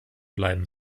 bleiben